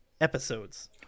episodes